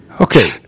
Okay